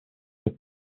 with